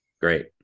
Great